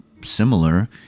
similar